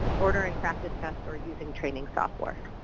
ordering practice tests, or using training software.